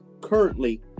currently